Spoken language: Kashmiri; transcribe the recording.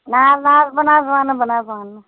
نہ حظ نہ حظ بہٕ نہَ حظ وَننہٕ بہٕ نہَ حظ وَنہٕ